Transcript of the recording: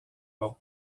bon